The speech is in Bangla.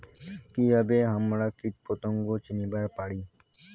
কিভাবে হামরা কীটপতঙ্গ চিনিবার পারি?